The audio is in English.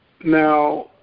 Now